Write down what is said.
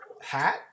Hat